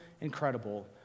incredible